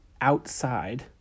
outside